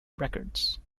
records